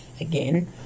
again